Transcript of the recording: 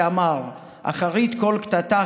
שאמר: "אחרית כל קטטה,